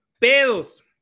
pedos